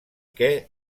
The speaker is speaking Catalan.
que